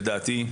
לדעתי,